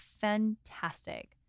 fantastic